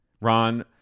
Ron